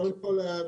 קודם כל,